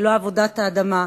ללא עבודת האדמה,